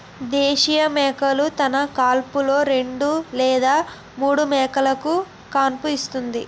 దేశీయ మేకలు తన కాన్పులో రెండు లేదా మూడు మేకపిల్లలుకు కాన్పుస్తుంది